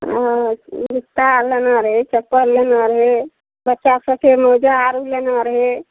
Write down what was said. हँ जूता लेना रहै चप्पल लेना रहै बच्चा सबके मोजा आरू लेना रहै